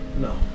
No